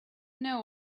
know